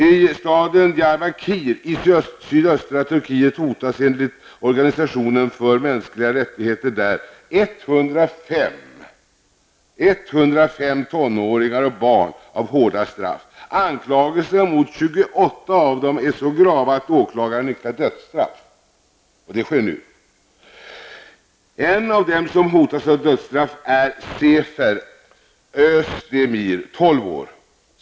I staden Diyarbakir i sydöstra Turkiet hotas, enligt organisationen för mänskliga rättigheter där, 105 tonåringar och barn av hårda straff. Anklagelserna mot 28 av dem är så grava att åklagaren yrkat på dödsstraff. Sådant sker nu. En av dem som hotas med dödsstraff är Sefer Özdemir, 12 år.